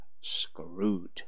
screwed